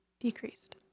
Decreased